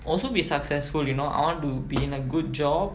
also be successful you know I want to be in a good job